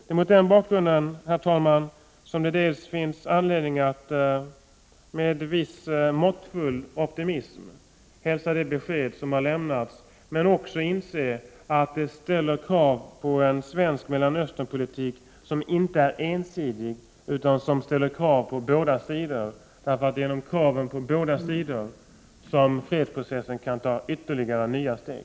Det är mot den bakgrunden, herr talman, som det finns anledning att dels med viss måttfull optimism hälsa det besked som har lämnats, dels inse att beskedet innebär ett krav på en svensk Mellanösternpolitik som inte är ensidig utan ställer krav på båda sidor, eftersom det är genom krav på båda sidor som fredsprocessen kan ta ytterligare nya steg.